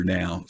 now